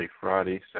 Friday